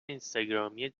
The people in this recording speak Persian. اینستاگرامی